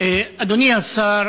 אדוני השר,